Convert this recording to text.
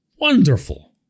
wonderful